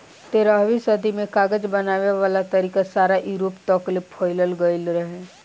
तेरहवीं सदी में कागज बनावे वाला तरीका सारा यूरोप तकले फईल गइल रहे